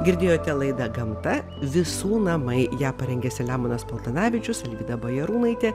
girdėjote laidą gamta visų namai ją parengė selemonas paltanavičius alvyda bajarūnaitė